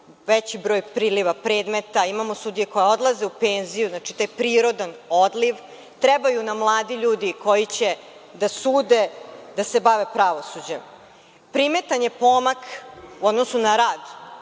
veći broj priliva predmeta, imamo sudije koje odlaze u penziju, znači, taj prirodan odliv, trebaju nam mladi ljudi koji će da sude, da se bave pravosuđem. Primetan je pomak u odnosu na rad